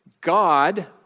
God